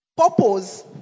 purpose